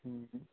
ਹਮ